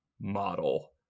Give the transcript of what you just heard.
model